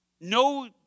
No